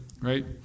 right